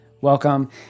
Welcome